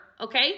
okay